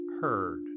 heard